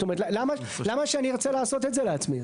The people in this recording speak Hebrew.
זאת אומרת, למה שאני ארצה לעשות את זה לעצמי?